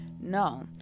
no